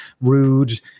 rude